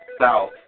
south